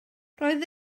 roedd